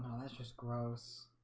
um that's just gross